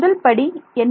முதல்படி என்ன